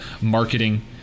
marketing